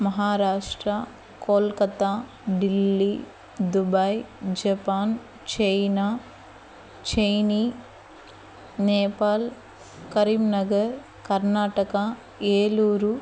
Maharashtra Kolkata Delhi Dubai Japan China చైనీ నేపాల్ కరీంనగర్ కర్ణాటక ఏలూరు